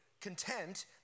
content